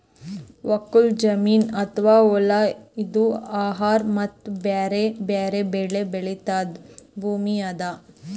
ಒಕ್ಕಲ್ ಜಮೀನ್ ಅಥವಾ ಹೊಲಾ ಇದು ಆಹಾರ್ ಮತ್ತ್ ಬ್ಯಾರೆ ಬ್ಯಾರೆ ಬೆಳಿ ಬೆಳ್ಯಾದ್ ಭೂಮಿ ಅದಾ